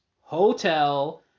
hotel